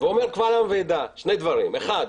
ואומר קבל עם ועדה, שני דברים, האחד,